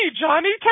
Johnny